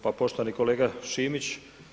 Pa poštovani kolega Šimić.